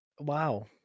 wow